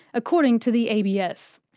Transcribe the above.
according to the abs.